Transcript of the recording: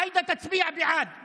עאידה תצביע בעד,